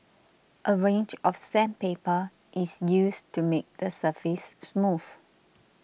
a range of sandpaper is used to make the surface smooth